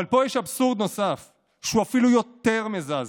אבל יש פה אבסורד נוסף, שהוא אפילו יותר מזעזע.